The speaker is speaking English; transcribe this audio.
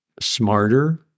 smarter